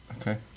Okay